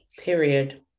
Period